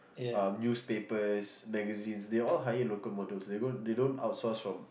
um newspapers magazines they all hire local models they won't they don't out source from